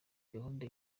gahunda